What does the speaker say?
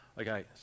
Okay